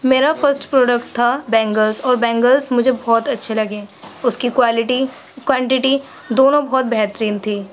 میرا first product تھا bangles اور بینگلس مجھے بہت اچھے لگے اس کی کوالٹی کوانٹٹی دونوں بہت بہترین تھی